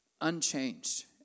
unchanged